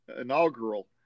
inaugural